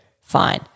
Fine